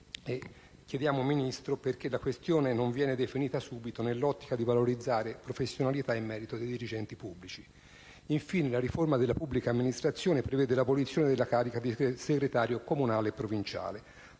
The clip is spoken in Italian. Chiediamo, Ministro, perché la questione non sia definita subito, nell'ottica di valorizzare professionalità e merito dei dirigenti pubblici. Infine, la riforma della pubblica amministrazione prevede l'abolizione della carica di segretario comunale e provinciale.